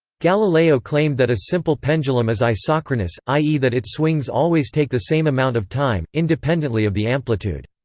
galileo claimed that a simple pendulum is isochronous, i e. that its swings always take the same amount of time, independently of the amplitude.